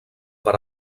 per